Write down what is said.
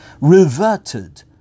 reverted